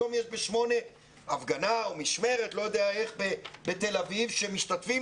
היום יש ב-8 הפגנה או משמרת בתל אביב שמשתתפים